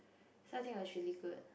so I think it was really good